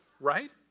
right